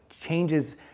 changes